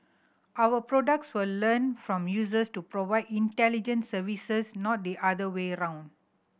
our products will learn from users to provide intelligent services not the other way around